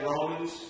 Romans